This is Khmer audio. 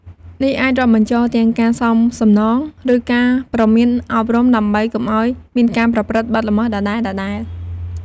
នេះអាចរាប់បញ្ចូលទាំងការសងសំណង ឬការព្រមានអប់រំ ដើម្បីកុំឱ្យមានការប្រព្រឹត្តបទល្មើសដដែលៗ។